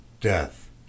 death